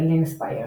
Linspire.